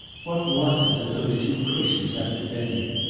what was it that those two cushions had to tell you?